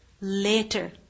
later